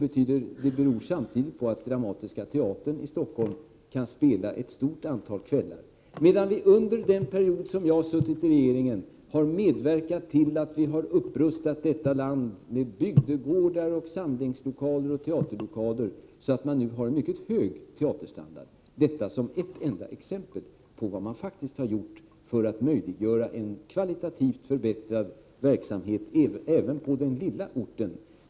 Det beror också på att Dramatiska teatern i Stockholm kan spela ett stort antal kvällar. Under den tid jag tillhört regeringen har vi medverkat till att rusta upp detta land med bygdegårdar, samlingslokaler och teaterlokaler, så att landsbygden nu har en mycket hög teaterstandard. Detta är ett enda exempel på vad man faktiskt gjort för att möjliggöra en kvalitativ förbättring av verksamheten även på den lilla orten.